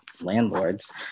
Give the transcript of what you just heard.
landlords